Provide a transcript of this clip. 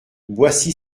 boissy